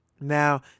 Now